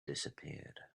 disappeared